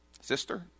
sister